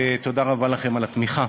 תודה רבה לכם על התמיכה.